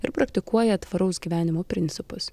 ir praktikuoja tvaraus gyvenimo principus